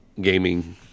gaming